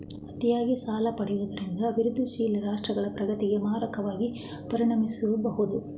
ಅತಿಯಾಗಿ ಸಾಲ ಪಡೆಯುವುದರಿಂದ ಅಭಿವೃದ್ಧಿಶೀಲ ರಾಷ್ಟ್ರಗಳ ಪ್ರಗತಿಗೆ ಮಾರಕವಾಗಿ ಪರಿಣಮಿಸಬಹುದು